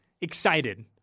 Excited